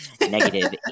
negative